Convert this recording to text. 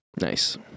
Nice